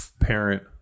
parent